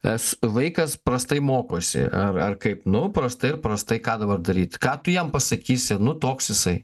tas vaikas prastai mokosi ar ar kaip nu prastai ir prastai ką dabar daryt ką tu jam pasakysi nu toks jisai